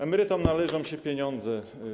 Emerytom należą się pieniądze.